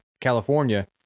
California